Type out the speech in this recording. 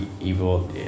Evil